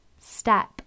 step